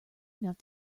enough